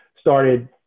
started